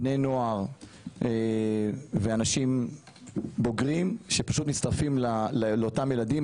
בני נוער ואנשים בוגרים שפשוט מצטרפים לאותם ילדים.